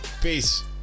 peace